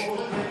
הוא כספים?